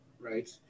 right